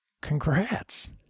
congrats